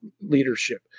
leadership